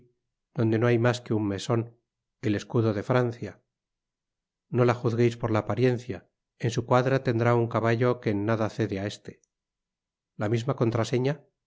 dottde no hay mas que ua mesoa el eicudo de francia no la juaguéis por la apariencia en su cuadra teodrá ua caballo que en nada cede á este la misma contraseña